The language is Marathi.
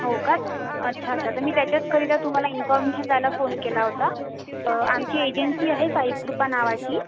हो का अच्छा अच्छा तर मी त्याच्याचकरिता तुम्हाला इन्फॉरमेशन द्यायला फोन केला होता आमची एजेन्सी आहे साईकृपा नावाची